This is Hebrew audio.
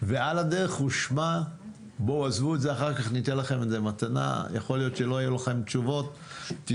האמת שאנחנו לא באנו להתייחס לנושא הזה ספציפית.